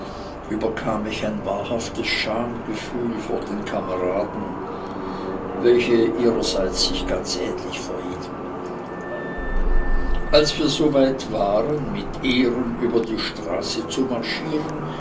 überkam mich ein wahrhaftes schamgefühl vor den kameraden welche sich ihrerseits ganz ähnlich verhielten als wir soweit waren mit ehren über die straße zu marschieren